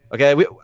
Okay